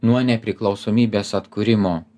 nuo nepriklausomybės atkūrimo